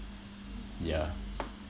yeah